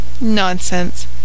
Nonsense